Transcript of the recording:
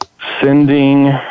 Sending